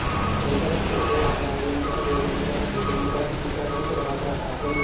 शङ्करस्य उदयः राजेन्द्रः देवेन्द्रः भूपेन्द्रः इति च पञ्चभ्रातरः आसन्